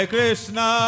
Krishna